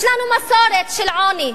יש לנו מסורת של עוני,